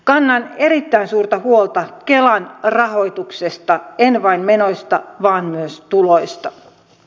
kannan erittäin suurta huolta kelan rahoituksesta en vain menoista vaan myös tuloista